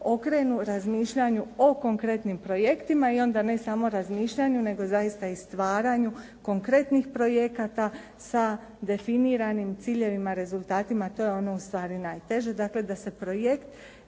razmišljanju o konkretnim projektima i onda ne samo razmišljanju nego zaista i stvaranju konkretnih projekata sa definiranim ciljevima i rezultatima, to je ono u stvari najteže, dakle da se projekt